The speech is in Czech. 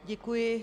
Děkuji.